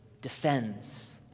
defends